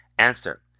Answer